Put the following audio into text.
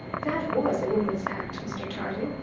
that was a woman's act, mr. tarling,